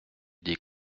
des